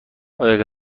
آیا